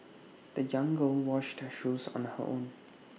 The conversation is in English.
the young girl washed her shoes on her own